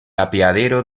apeadero